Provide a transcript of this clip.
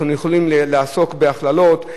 אנחנו יכולים לעסוק בהכללות.